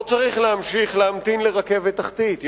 לא צריך להמשיך להמתין לרכבת תחתית,